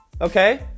Okay